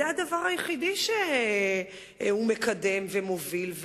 זה הדבר היחידי שהוא מקדם ומוביל.